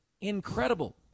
Incredible